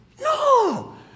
No